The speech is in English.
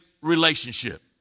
Relationship